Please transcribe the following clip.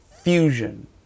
fusion